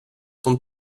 som